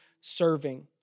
serving